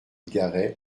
garey